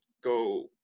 go